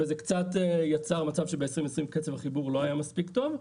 וזה קצת יצר מצב שבשנת 2020 קצב החיבור לא היה מספיק טוב.